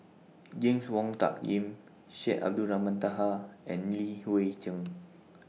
James Wong Tuck Yim Syed Abdulrahman Taha and Li Hui Cheng